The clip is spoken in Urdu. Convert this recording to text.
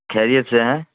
خیریت سے ہیں